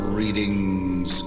readings